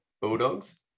Bulldogs